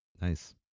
Nice